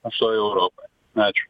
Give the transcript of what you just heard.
visoj europoj ačiū